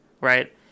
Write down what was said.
Right